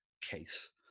case